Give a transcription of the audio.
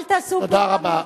אל תעשו, תודה רבה.